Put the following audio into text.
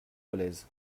dolez